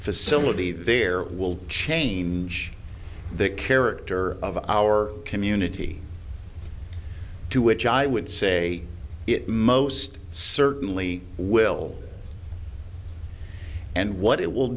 facility there will change the character of our community to which i would say it most certainly will and what it will